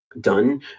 done